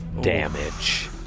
damage